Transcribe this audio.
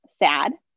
Sad